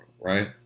right